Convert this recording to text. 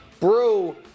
Brew